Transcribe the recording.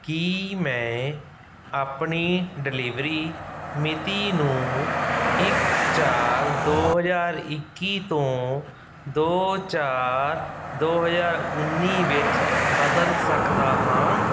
ਕੀ ਮੈਂ ਆਪਣੀ ਡਿਲੀਵਰੀ ਮਿਤੀ ਨੂੰ ਇੱਕ ਚਾਰ ਦੋ ਹਜ਼ਾਰ ਇੱਕੀ ਤੋਂ ਦੋ ਚਾਰ ਦੋ ਹਜ਼ਾਰ ਉੱਨੀ ਵਿੱਚ ਬਦਲ ਸਕਦਾ ਹਾਂ